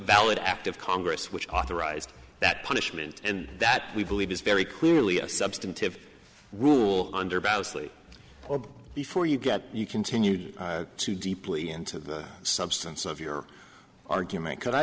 valid act of congress which authorized that punishment and that we believe is very clearly a substantive rule under boughs lee before you get you continued to deeply into the substance of your argument could i